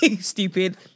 stupid